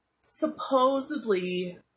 supposedly